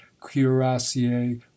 cuirassier